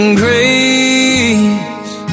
grace